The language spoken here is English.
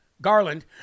garland